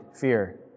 fear